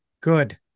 Good